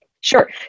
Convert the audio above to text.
Sure